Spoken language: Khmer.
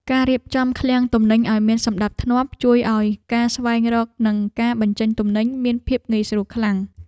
ការរៀបចំឃ្លាំងទំនិញឱ្យមានសណ្តាប់ធ្នាប់ ជួយឱ្យការស្វែងរកនិងការបញ្ចេញទំនិញមានភាពងាយស្រួលខ្លាំង។